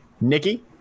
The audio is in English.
Nikki